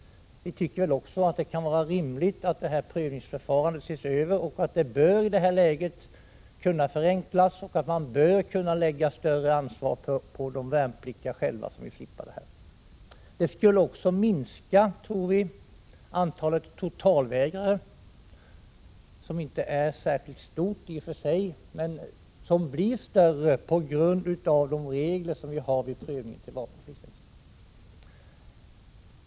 Vi tycker också att det kan vara lämpligt att detta prövningsförfarande ses över och att det i detta läge kan förenklas så att man lägger över ett större ansvar på de värnpliktiga själva som vill slippa värnpliktstjänstgöringen. Vi tror också att det skulle minska antalet totalvägrare, som inte är särskilt stort i och för sig men som blir större på grund av de regler vi har för prövning av vapenfri tjänst.